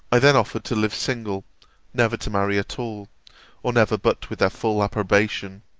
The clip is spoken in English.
i then offered to live single never to marry at all or never but with their full approbation.